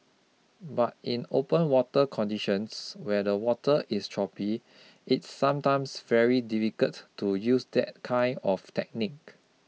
but in open water conditions where the water is choppy it's sometimes very difficult to use that kind of technique